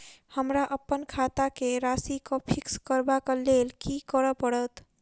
हमरा अप्पन खाता केँ राशि कऽ फिक्स करबाक लेल की करऽ पड़त?